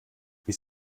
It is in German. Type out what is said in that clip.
ist